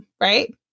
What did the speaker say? right